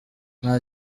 nta